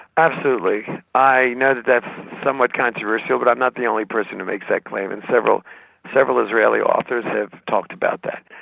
absolutely. i know that that's somewhat controversial but i'm not the only person who makes that claim and several several israeli authors have talked about that.